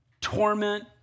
torment